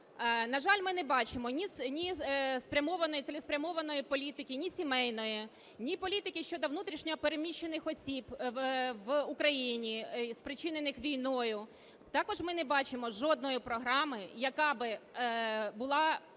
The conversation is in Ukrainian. На жаль, ми не бачимо ні цілеспрямованої політики ні сімейної, ні політики щодо внутрішньо переміщених осіб в Україні, спричинених війною. Також ми не бачимо жодної програми, яка би